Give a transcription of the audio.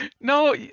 no